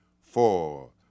four